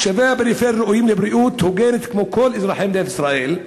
תושבי הפריפריה ראויים לבריאות הוגנת כמו כל אזרחי מדינת ישראל.